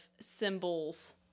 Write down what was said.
symbols